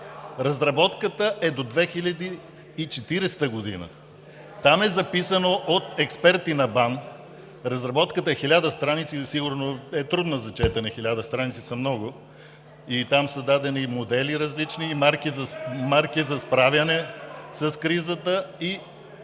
Разработката е до 2040 г. Там е записано от експерти на БАН – разработката е хиляда страници и сигурно е трудна за четене, хиляда страници са много – дадени са различни модели и мерки за справяне с кризата,